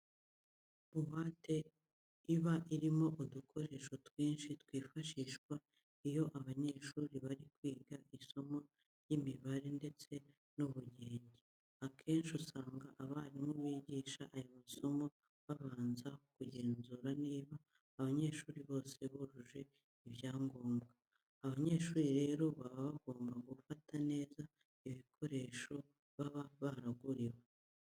Buwate iba irimo udukoresho twinshi twifashishwa iyo abanyeshuri bari kwiga isomo ry'imibare ndetse n'ubugenge. Akenshi usanga abarimu bigisha aya masoma babanza kugenzura niba abanyeshuri bose bujuje ibyangombwa. Abanyeshuri rero baba bagomba gufata neza ibikoresho baba baraguriwe.